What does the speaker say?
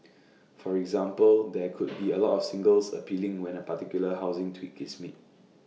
for example there could be A lot of singles appealing when A particular housing tweak is made